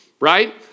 Right